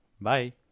Bye